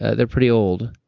they're pretty old.